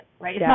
right